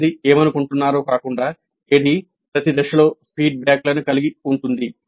కొంతమంది ఏమనుకుంటున్నారో కాకుండా ADDIE ప్రతి దశలో ఫీడ్బ్యాక్లను కలిగి ఉంటుంది